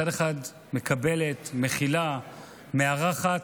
מצד אחד, מקבלת, מכילה, מארחת,